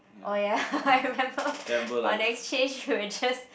oh ya I remember on exchange we were just